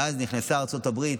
ואז נכנסה ארצות הברית,